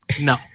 No